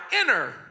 inner